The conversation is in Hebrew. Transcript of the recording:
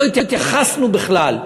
לא התייחסנו, כמובן.